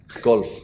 Golf